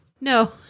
No